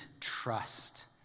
trust